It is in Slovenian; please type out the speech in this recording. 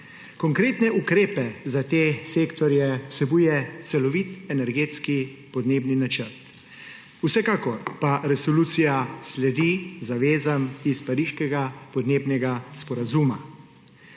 Konkretne ukrepe za te sektorje vsebuje celovit energetski podnebni načrt. Vsekakor pa resolucija sledi zavezam iz Pariškega podnebnega sporazuma.